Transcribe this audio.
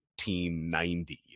1990